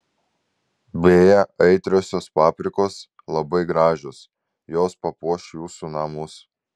beje aitriosios paprikos labai gražios jos papuoš jūsų namus